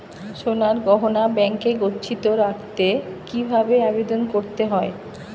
সোনার গহনা ব্যাংকে গচ্ছিত রাখতে কি ভাবে আবেদন করতে হয়?